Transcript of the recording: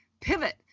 pivot